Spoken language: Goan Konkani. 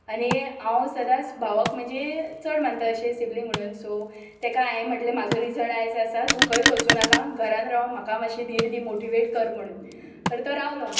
आनी हांव सदांच भावाक म्हणजे चड मानता अशे सिबलींग म्हुणून सो ताका हांवें म्हटलें म्हजो रिजल्ट आयज आसा तूं खंयच वसूं नाका घरांत राव म्हाका मातशे धीर दी मोटिवेट कर म्हुणून तर तो रावलो